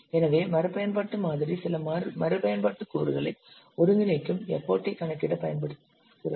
எனவே மறுபயன்பாட்டு மாதிரி சில மறுபயன்பாட்டு கூறுகளை ஒருங்கிணைக்கும் எஃபர்ட் ஐ கணக்கிடப் பயன்படுகிறது